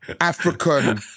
African